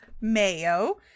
mayo